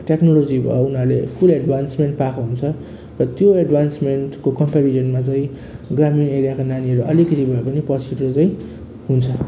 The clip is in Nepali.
टेक्नोलोजी भयो उनाहरूले फुल एडभान्समेन्ट पाएको हुन्छ र त्यो एडभान्समेन्टको कम्पेरिजनमा चाहिँ ग्रामीण एरियाका नानीहरू अलिकिति भए पनि पछिल्लो चाहिँ हुन्छ